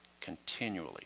continually